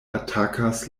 atakas